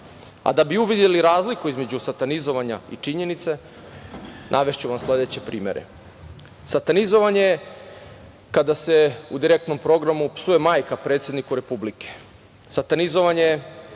A da bi uvideli razliku između satanizovanja i činjenice, navešću vam sledeće primere. Satanizovanje je kada se u direktnom programu psuje majka predsedniku Republike. Satanizovanje je